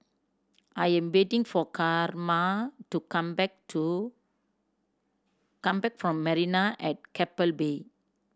I am waiting for Carma to come back to come back from Marina at Keppel Bay